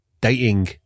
dating